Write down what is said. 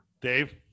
dave